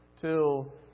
till